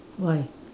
why